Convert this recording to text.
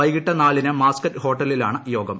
വൈകിട്ട് നാലിന് മാസ്ക്കറ്റ് ഹോട്ടലിലാണ് യോഗം